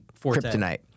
kryptonite